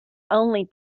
only